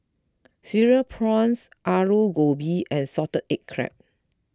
Cereal Prawns Aloo Gobi and Salted Egg Crab